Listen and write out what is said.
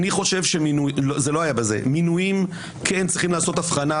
אני חושב שבמינויים כן צריכים לעשות הבחנה,